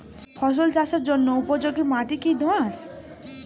ফসল চাষের জন্য উপযোগি মাটি কী দোআঁশ?